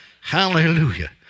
Hallelujah